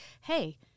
hey